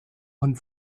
und